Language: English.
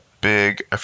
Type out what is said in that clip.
big